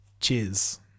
Cheers